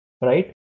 right